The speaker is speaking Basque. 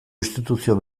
instituzio